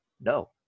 No